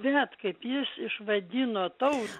žinot kaip jis išvadino taut